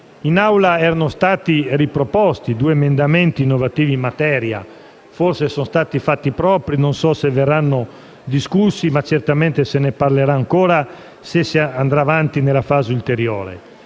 In Assemblea erano stati riproposti due emendamenti innovativi in materia; forse sono stati fatti propri e non so se verranno discussi, ma certamente se ne parlerà ancora, se si andrà avanti nella fase ulteriore.